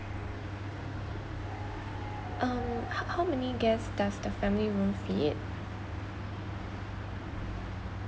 um h~ how many guest does the family room fit